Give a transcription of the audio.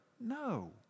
No